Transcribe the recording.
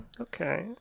Okay